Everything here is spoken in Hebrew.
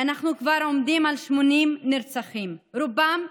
אנחנו כבר עומדים על 80 נרצחים, רובם צעירים.